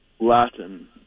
Latin